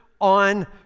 on